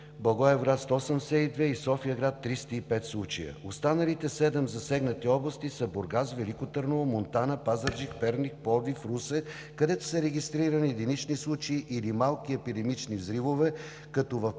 Благоевград – 172, и София-град – 305 случая. Останалите седем засегнати области са Бургас, Велико Търново, Монтана, Пазарджик, Перник, Пловдив и Русе, където са регистрирани единични случаи или малки епидемични взривове, като в пет